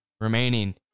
remaining